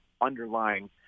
underlying